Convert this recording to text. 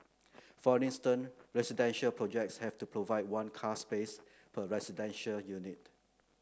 for instance residential projects have to provide one car space per residential unit